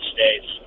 States